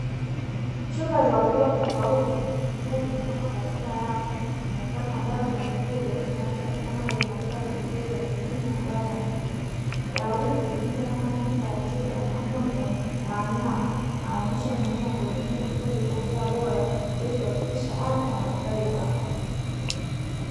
Chupa za ukubwa tofauti zikiwa zimepangwa katika rafu yenye mfano wa dawa za mifugo zinazopatikana kwenye maduka ya pembejeo za kilimo na dawa za mifugo. Dawa hizi hutumika kama kinga na tiba ya magonjwa ya wanyama inayoonyesha umuhimu wa kuwahudumia mifugo kwa njia bora ili kuhakikisha afya na ustawi wao.